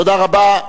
תודה רבה.